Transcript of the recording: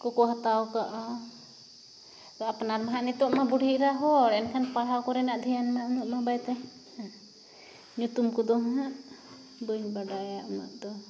ᱠᱚᱠᱚ ᱦᱟᱛᱟᱣ ᱠᱟᱜᱼᱟ ᱟᱯᱱᱟᱨ ᱢᱟᱦᱟᱸᱜ ᱱᱤᱛᱳᱜ ᱢᱟ ᱵᱩᱰᱷᱤ ᱮᱨᱟ ᱦᱚᱲ ᱮᱱᱠᱷᱟᱱ ᱯᱟᱲᱦᱟᱣ ᱠᱚᱨᱮᱱᱟᱜ ᱫᱷᱮᱭᱟᱱ ᱢᱟ ᱩᱱᱟᱹᱜ ᱢᱟ ᱵᱟᱭ ᱛᱟᱦᱮᱸ ᱠᱟᱱ ᱧᱩᱛᱩᱢ ᱠᱚᱫᱚ ᱦᱟᱸᱜ ᱵᱟᱹᱧ ᱵᱟᱰᱟᱭᱟ ᱩᱱᱟᱹᱜ ᱫᱚ